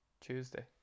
Tuesday